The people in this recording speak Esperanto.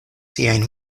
siajn